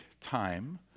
time